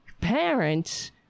parents